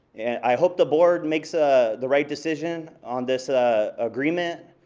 and i hope the board makes ah the right decision on this ah agreement,